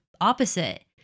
opposite